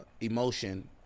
emotion